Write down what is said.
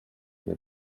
mir